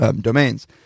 domains